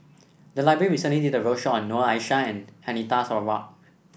the library recently did a roadshow on Noor Aishah and Anita Sarawak